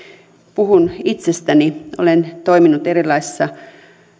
puhun itsestäni olen toiminut erilaisissa